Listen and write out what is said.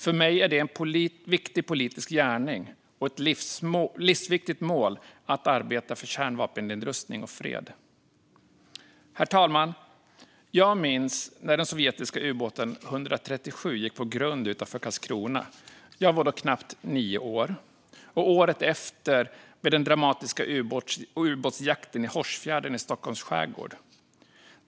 För mig är det en viktig politisk gärning och ett livsviktigt mål att arbeta för kärnvapennedrustning och fred. Herr talman! Jag minns när den sovjetiska ubåten 137 gick på grund utanför Karlskrona. Jag var då knappt nio år. Året efter skedde den dramatiska ubåtsjakten i Hårsfjärden i Stockholms skärgård.